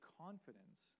confidence